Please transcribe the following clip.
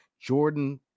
Jordan